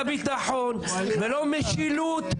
הביטחון ולא משילות,